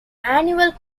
annual